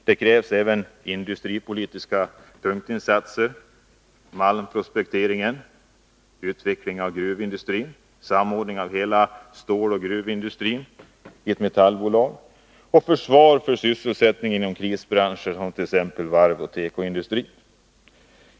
Det krävs även industripolitiska punktinsatser: Malmprospektering, utveckling av gruvindustrin, samordning av hela ståloch gruvindustrin, ett metallbolag och försvar för sysselsättningen i krisbranscher som varv och tekoindustri.